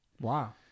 Wow